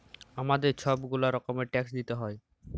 আমাদের ছব গুলা রকমের ট্যাক্স দিইতে হ্যয়